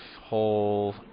whole